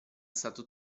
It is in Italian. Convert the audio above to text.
stato